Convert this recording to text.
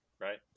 right